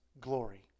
glory